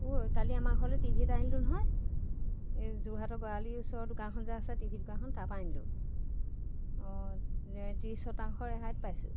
ঐ কালি আমাৰ ঘৰলৈ টি ভি ত আনিলোঁ নহয় এই যোৰহাটৰ গৰালিৰ ওচৰৰ দোকানখন যে আছে টিভি দোকানখন তাপা আনিলোঁ ত্ৰিছ শতাংশৰ ৰেহাইত পাইছোঁ